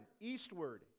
eastward